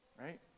right